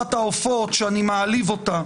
משפחת העופות שאני מעליב אותם,